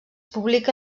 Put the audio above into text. publica